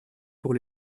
pour